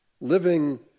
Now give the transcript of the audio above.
Living